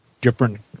different